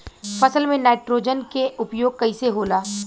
फसल में नाइट्रोजन के उपयोग कइसे होला?